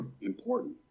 important